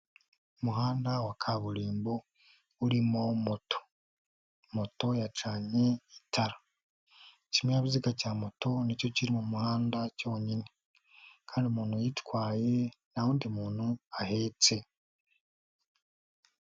Umuhanda wa kaburimbo urimo moto. Moto yacanye itara, ikinyabiziga cya moto nicyo kiri mu muhanda cyonyine kandi umuntu uyitwaye ntawundi muntu ahetse.